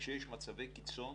וכשיש מצבי קיצון,